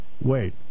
wait